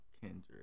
Kendrick